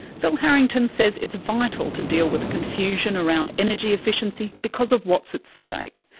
phil harrington says it's vital to deal with the confusion around energy efficiency because of what's at stake.